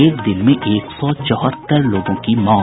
एक दिन में एक सौ चौहत्तर लोगों की मौत